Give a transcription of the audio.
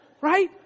Right